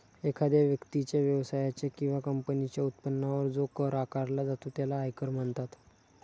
एखाद्या व्यक्तीच्या, व्यवसायाच्या किंवा कंपनीच्या उत्पन्नावर जो कर आकारला जातो त्याला आयकर म्हणतात